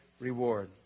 reward